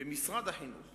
במשרד החינוך